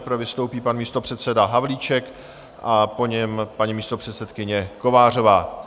Nejprve vystoupí pan místopředseda Havlíček, po něm paní místopředsedkyně Kovářová.